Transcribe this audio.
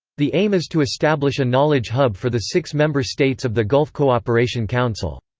the aim is to establish a knowledge hub for the six member states of the gulf cooperation council.